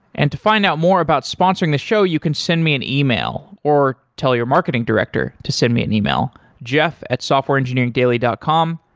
and to find out more about sponsoring the show, you can send me an yeah e-mail or tell your marketing director to send me an e-mail jeff at softwareengineeringdaily dot com.